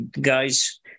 guys